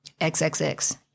XXX